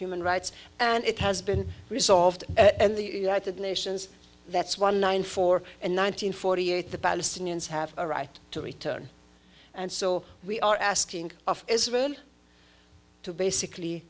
human rights and it has been resolved and the added nations that's one nine four and nine hundred forty eight the palestinians have a right to return and so we are asking of israel to basically